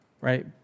right